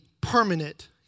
permanent